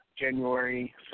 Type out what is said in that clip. January